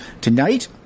Tonight